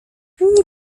nie